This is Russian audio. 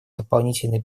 дополнительной